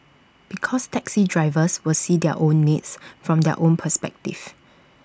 because taxi drivers will see their own needs from their own perspective